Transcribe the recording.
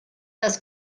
das